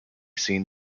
seen